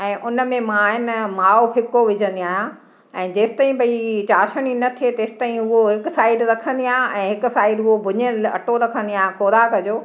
ऐं उनमें मां हेन माओ फ़िको विझंदी आहियां ऐं जेसि तईं भई चाशनी न थिए तेसि ताईं उहो हिक साइड रखंदी आहियां ऐं हिक साइड हू भुनियल अट्टो रखंदी आहियां खोराक जो